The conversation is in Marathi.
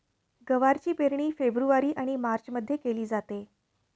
गवारची पेरणी फेब्रुवारी किंवा मार्चमध्ये केली जाते